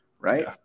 right